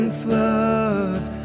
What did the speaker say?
floods